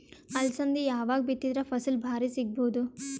ಅಲಸಂದಿ ಯಾವಾಗ ಬಿತ್ತಿದರ ಫಸಲ ಭಾರಿ ಸಿಗಭೂದು?